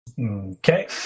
Okay